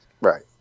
Right